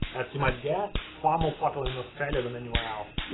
as you might guess, far more popular in australia than anywhere else.